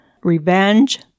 revenge